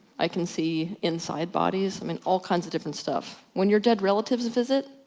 i can see inside bodies, i mean all kinds of different stuff. when your dead relatives visit,